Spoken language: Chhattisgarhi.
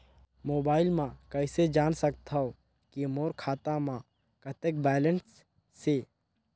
मोबाइल म कइसे जान सकथव कि मोर खाता म कतेक बैलेंस से?